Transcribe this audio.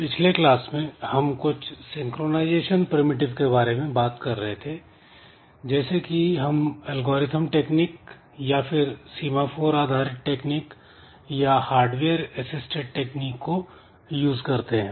पिछले क्लास में हम कुछ सिंक्रोनाइजेशन प्रिमिटिव के बारे में बात कर रहे थे जैसे कि हम एल्गोरिथ्म टेक्निक या फिर सीमा फोर आधारित टेक्निक या हार्डवेयर एसिस्टेड टेक्निक को यूज करते हैं